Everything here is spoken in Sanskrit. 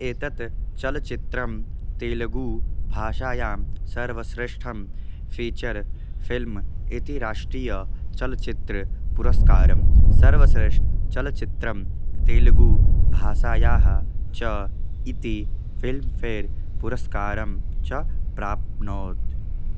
एतत् चलच्चित्रं तेलुगुभाषायां सर्वश्रेष्ठं फ़ीचर् फ़िल्म् इति राष्ट्रिय चलच्चित्र पुरस्कारम् सर्वश्रेष्ठचलच्चित्रं तेलुगुभाषायाः च इति फ़िल्म्फ़ेर् पुरस्कारं च प्राप्नोत्